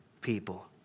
people